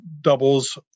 doubles